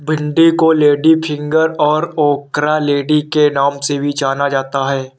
भिन्डी को लेडीफिंगर और ओकरालेडी के नाम से भी जाना जाता है